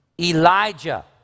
Elijah